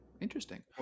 Interesting